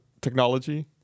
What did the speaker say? technology